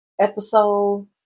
episode